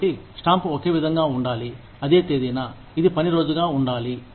కాబట్టి స్టాంప్ ఒకే విధంగా ఉండాలి అదే తేదీన ఇది పని రోజుగా ఉండాలి